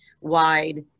wide